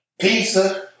Pizza